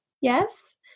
yes